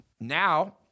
Now